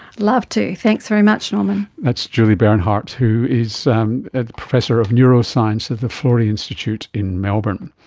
love to, thanks very much norman. that's julie bernhardt who is um ah professor of neuroscience at the florey institute in melbourne.